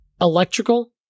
Electrical